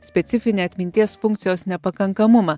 specifinę atminties funkcijos nepakankamumą